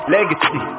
Legacy